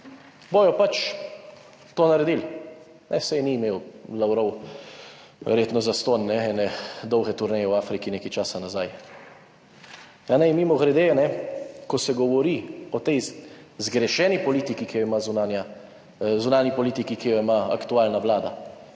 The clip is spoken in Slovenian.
Bodo pač to naredili. Saj ni imel Lavrov verjetno zastonj ene dolge turneje v Afriki nekaj časa nazaj. In mimogrede, ko se govori o tej zgrešeni politiki, ki jo ima zunanja, zunanji politiki, ki jo ima aktualna Vlada.